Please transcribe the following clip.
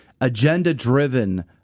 agenda-driven